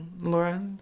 Laura